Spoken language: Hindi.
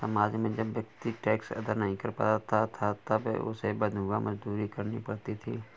समाज में जब व्यक्ति टैक्स अदा नहीं कर पाता था तब उसे बंधुआ मजदूरी करनी पड़ती थी